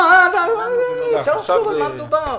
לא נשיב במכתב חוזר.